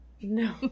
No